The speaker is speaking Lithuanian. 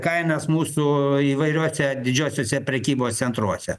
kainas mūsų įvairiuose didžiuosiuose prekybos centruose